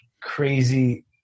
crazy